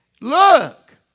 look